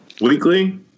Weekly